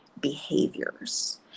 behaviors